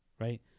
right